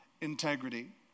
integrity